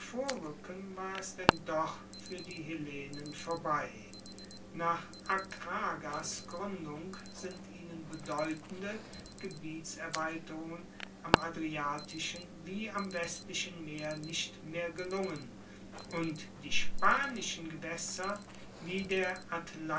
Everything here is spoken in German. war es denn doch fuer die hellenen vorbei nach akragas gruendung sind ihnen bedeutende gebietserweiterungen am adriatischen wie am westlichen meer nicht mehr gelungen und die spanischen gewaesser wie der